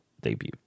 debut